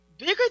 Bigger